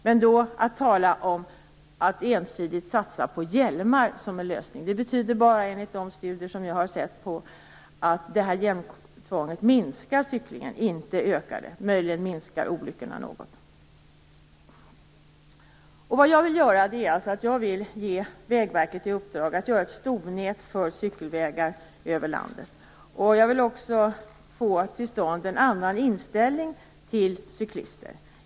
Men att ensidigt satsa på hjälmar som en lösning på detta betyder enligt de studier som jag har sett på bara att cyklingen minskar, inte ökar. Möjligen minskar olyckorna något. Jag vill att Vägverket får i uppdrag att göra ett stomnät av cykelvägar över landet. Jag vill också få till stånd en annan inställning till cyklister.